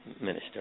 minister